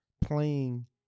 playing